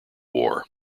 war